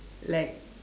like